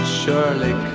surely